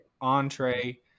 entree